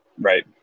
Right